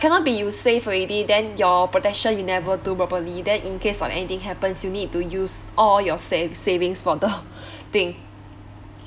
cannot be you save already then your protection you never do properly then in case of anything happens you need to use all your sav~ savings for the thing